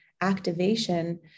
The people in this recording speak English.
activation